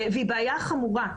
היא בעיה חמורה.